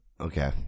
Okay